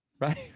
right